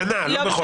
בשנה, לא בחודש.